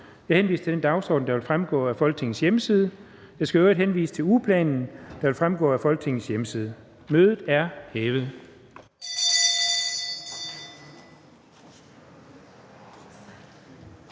Jeg henviser til den dagsorden, der fremgår af Folketingets hjemmeside. Jeg skal i øvrigt henvise til ugeplanen, der fremgår af Folketingets hjemmeside. Mødet er hævet.